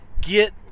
Get